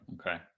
okay